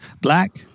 black